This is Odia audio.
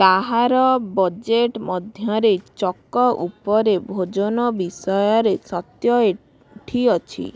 କାହାର ବଜେଟ ମଧ୍ୟରେ ଚକ ଉପରେ ଭୋଜନ ବିଷୟରେ ସତ୍ୟ ଏଇଠି ଅଛି